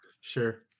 sure